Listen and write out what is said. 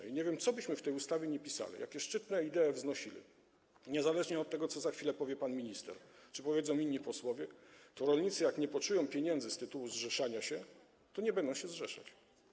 I, nie wiem, cokolwiek byśmy w tej ustawie napisali, jakiekolwiek szczytne idee wnosili, niezależnie od tego, co za chwilę powie pan minister czy powiedzą inni posłowie, to rolnicy, jak nie poczują pieniędzy z tytułu zrzeszania się, to nie będą się zrzeszać.